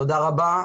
תודה רבה.